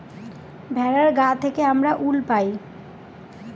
ভেড়ার গা থেকে আমরা উল পাই